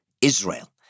Israel